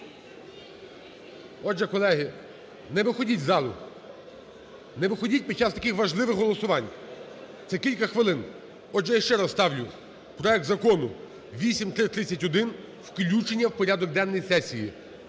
Отже… Колеги, не виходіть з залу. Не виходіть під час таких важливих голосувань, це кілька хвилин. Отже, я ще раз ставлю проект Закону 8331 включення в порядок денний сесії.